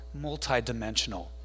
multidimensional